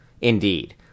Indeed